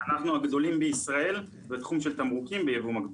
אנחנו הגדולים בישראל בתחום של תמרוקים ביבוא מקביל.